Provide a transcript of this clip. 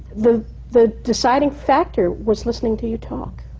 the the deciding factor was listening to you talk.